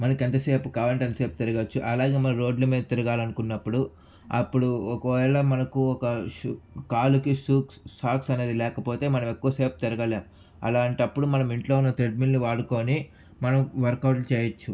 మనకు ఎంత సేపు కావాలంటే అంతసేపు తిరగచ్చు అలాగే మనం రోడ్ల మీద తిరగాలి అనుకున్నప్పుడు అప్పుడు ఒకవేళ మనకు ఒక షూ కాలికి షూ సాక్స్ అనేది లేకపోతే మనం ఎక్కువ సేపు తిరగలేం అలాంటప్పుడు మనం ఇంట్లోనే ట్రెడ్మిల్ని వాడుకొని మనం వర్క్అవుట్లు చేయొచ్చు